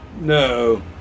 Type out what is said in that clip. no